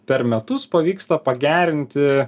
per metus pavyksta pagerinti